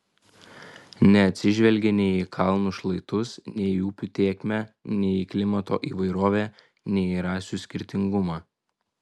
neatsižvelgė nei į kalnų šlaitus nei į upių tėkmę nei į klimato įvairovę nei į rasių skirtingumą